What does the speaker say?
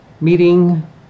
meeting